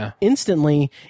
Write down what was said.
instantly